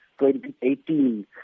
2018